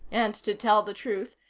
and, to tell the truth,